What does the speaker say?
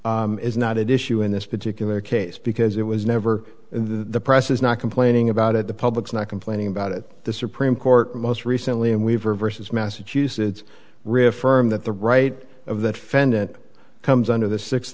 is not at issue in this particular case because it was never the press is not complaining about it the public's not complaining about it the supreme court most recently in weaver versus massachusetts refer me that the right of that fend it comes under the sixth